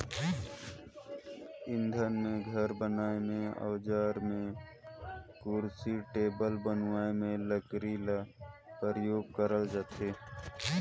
इंधन में, घर बनाए में, अउजार में, कुरसी टेबुल बनाए में लकरी ल परियोग करल जाथे